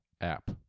app